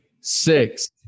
six